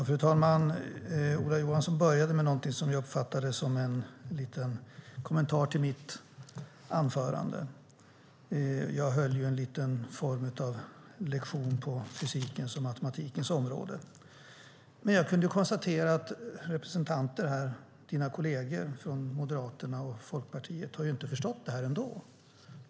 Fru talman! Ola Johansson började med någonting som jag uppfattade som en liten kommentar till mitt anförande. Jag höll ju en form av liten lektion på fysikens och matematikens område, men jag kunde konstatera att representanter här, dina kolleger från Moderaterna och Folkpartiet, inte har förstått det här ändå.